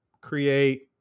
create